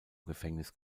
gefängnis